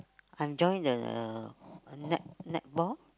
I join the net~ netball